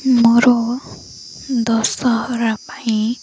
ମୋର ଦଶହରା ପାଇଁ